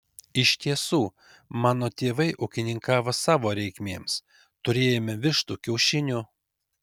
iš tiesų mano tėvai ūkininkavo savo reikmėms turėjome vištų kiaušinių